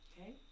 okay